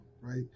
right